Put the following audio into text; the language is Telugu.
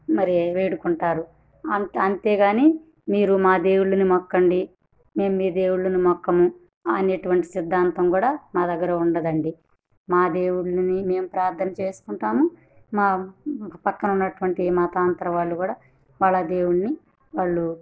మరి వేడుకుంటారు అంత అంతేగాని మీరు మా దేవుళ్ళని మొక్కండి మేము మీ దేవుళ్ళని మొక్కము అనేటువంటి సిద్ధాంతం కూడా మా దగ్గర ఉండదండి మా దేవుళ్ళని మేము ప్రార్థన చేసుకుంటాము మా పక్కన ఉన్నటువంటి మాతాంతర వాళ్ళు కూడా వాళ్ళ దేవుళ్ళని వాళ్ళు